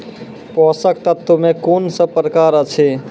पोसक तत्व मे कून सब प्रकार अछि?